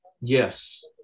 Yes